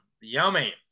yummy